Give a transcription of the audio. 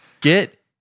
Get